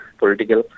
political